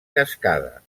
cascada